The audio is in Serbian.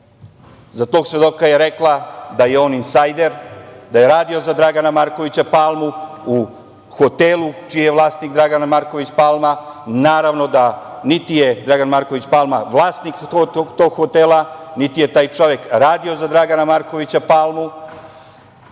za tog svedoka je rekla da je on insajder, da je radio za Dragana Markovića Palmu u hotelu čiji je vlasnik Dragan Marković Palma, naravno da niti je Dragan Marković Palma vlasnik tog hotela, niti je taj čovek radio za Dragana Markovića Palmu.